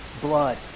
blood